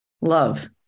love